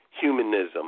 humanism